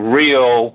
real